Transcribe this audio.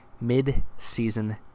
Mid-season